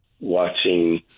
watching